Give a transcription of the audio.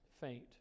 faint